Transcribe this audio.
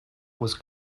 was